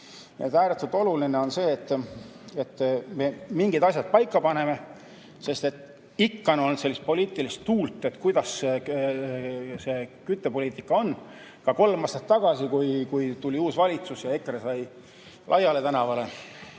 Ääretult oluline on see, et me mingid asjad paika paneme, sest ikka on olnud sellist poliitilist tuult, et kuidas selle kütusepoliitikaga on. Ka kolm aastat tagasi, kui tuli uus valitsus ja EKRE sai Laiale tänavale,